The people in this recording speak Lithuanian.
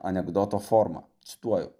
anekdoto forma cituoju